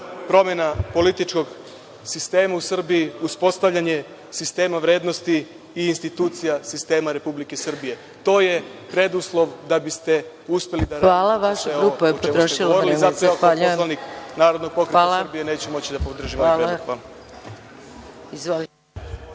promena političkog sistema u Srbiji, uspostavljanje sistema vrednosti i institucija sistema Republike Srbije. To je preduslov da biste uspeli da realizujete sve ovo o